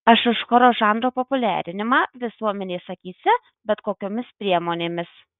aš už choro žanro populiarinimą visuomenės akyse bet kokiomis priemonėmis